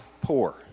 poor